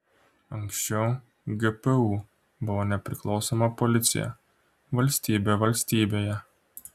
anksčiau gpu buvo nepriklausoma policija valstybė valstybėje